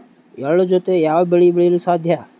ಎಳ್ಳು ಜೂತೆ ಯಾವ ಬೆಳೆ ಬೆಳೆಯಲು ಸಾಧ್ಯ?